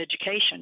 education